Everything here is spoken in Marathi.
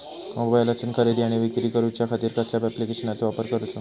मोबाईलातसून खरेदी आणि विक्री करूच्या खाती कसल्या ॲप्लिकेशनाचो वापर करूचो?